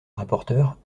rapporteur